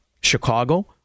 Chicago